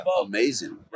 Amazing